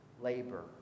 labor